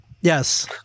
Yes